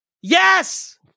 Yes